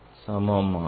சமமாகும்